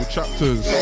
Chapters